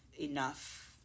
enough